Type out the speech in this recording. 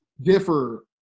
differ